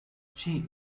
she